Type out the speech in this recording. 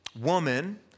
woman